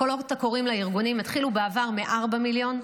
הקולות הקוראים לארגונים התחילו בעבר מ-4 מיליון,